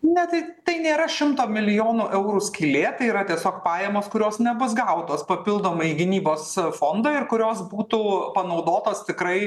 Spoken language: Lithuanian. ne tai tai nėra šimto milijonų eurų skylė tai yra tiesiog pajamos kurios nebus gautos papildomai į gynybos fondą kurios būtų panaudotos tikrai